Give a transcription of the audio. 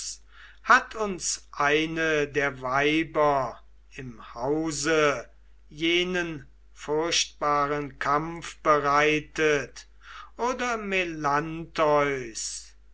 hat uns eine der weiber im hause jenen furchtbaren kampf bereitet oder